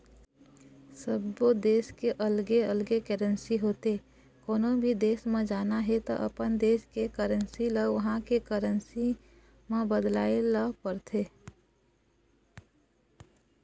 सब्बो देस के अलगे अलगे करेंसी होथे, कोनो भी देस म जाना हे त अपन देस के करेंसी ल उहां के करेंसी म बदलवाए ल परथे